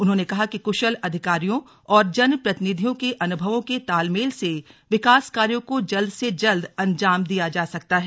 उन्होंने कहा कि कृशल अधिकारियों और जनप्रतिनिधियों के अनुभवों के तालमेल से विकास कार्यों को जल्द से जल्द अंजाम दिया जा सकता है